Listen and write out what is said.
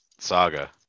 saga